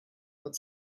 but